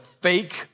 fake